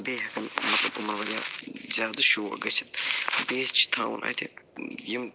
بیٚیہِ ہٮ۪کَن یِمَن واریاہ زیادٕ شوق گٔژھِتھ بیٚیہِ چھِ تھاوُن اَتہِ یِم